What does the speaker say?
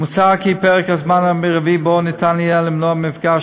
מוצע כי פרק הזמן המרבי שבו ניתן יהיה למנוע מפגש